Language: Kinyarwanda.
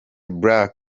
black